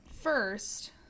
first